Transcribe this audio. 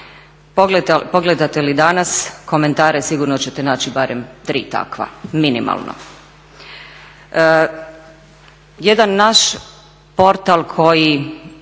Pogledate li danas komentare sigurno ćete naći barem tri takva, minimalno. Jedan naš portal koji